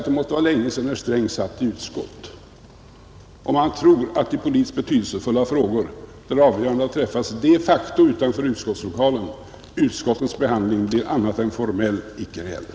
Det måste vara länge sedan herr Sträng satt i utskott, om han tror att i politiskt betydelsefulla frågor, där avgörandet har träffats de facto utanför utskottslokalerna, utskottsbehandlingen blir annat än formell, icke reell.